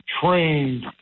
trained